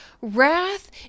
wrath